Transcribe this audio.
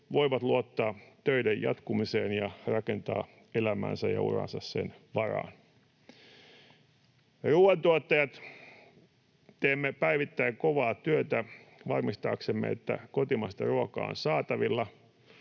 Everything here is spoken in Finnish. voivat luottaa töiden jatkumiseen ja rakentaa elämäänsä ja uraansa sen varaan. Me ruuantuottajat teemme päivittäin kovaa työtä varmistaaksemme, että kotimaista ruokaa on saatavilla.